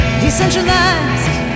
decentralized